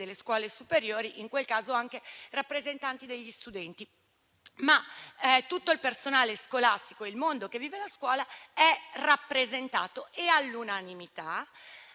per le scuole superiori, ci sono anche i rappresentanti degli studenti. Pertanto, tutto il personale scolastico e il mondo che vive la scuola è rappresentato. All'unanimità